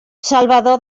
salvador